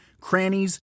crannies